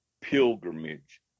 pilgrimage